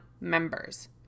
members